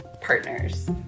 partners